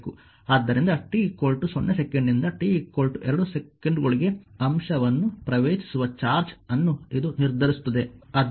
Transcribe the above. ಆದ್ದರಿಂದ t 0 ಸೆಕೆಂಡ್ನಿಂದ t 2 ಸೆಕೆಂಡ್ಗಳಿಗೆ ಅಂಶವನ್ನು ಪ್ರವೇಶಿಸುವ ಚಾರ್ಜ್ ಅನ್ನು ಇದು ನಿರ್ಧರಿಸುತ್ತದೆ